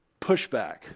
pushback